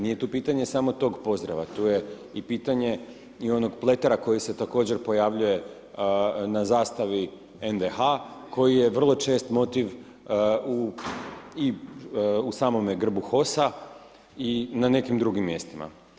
Nije tu pitanje samo tog pozdrava, tu je i pitanje i onog pletera koji se također pojavljuje na zastavi NDH koji je vrlo čest motiv u samome grbu HOS-a i na nekim drugim mjestima.